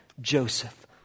Joseph